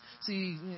See